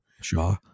Shaw